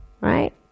Right